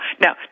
now